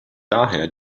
daher